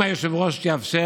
אם היושב-ראש יאפשר,